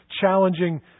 challenging